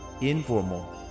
Informal